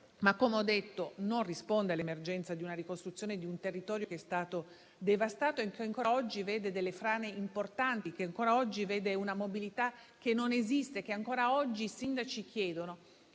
- come ho detto - non risponde all'emergenza di una ricostruzione di un territorio che è stato devastato e che ancora oggi vede delle frane importanti e una mobilità che non esiste. Ancora oggi i sindaci chiedono